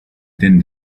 din